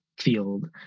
field